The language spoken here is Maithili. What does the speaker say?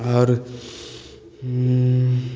आओर